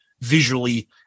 visually